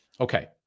Okay